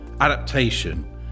adaptation